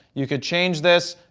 you could change this.